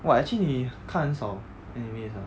!wah! actually 你看很少 anime ah